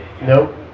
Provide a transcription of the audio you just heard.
Nope